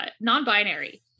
non-binary